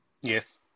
Yes